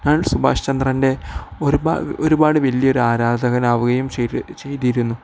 ഞാൻ സുഭാഷ്ചന്ദ്രൻ്റെ ഒരുപാട് ഒരുപാട് വലിയ ഒരു ആരാധകനാവുകയും ചെയ്തിരുന്നു